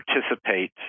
participate